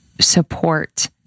support